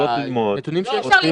הנתונים שיש לנו